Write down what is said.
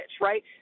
right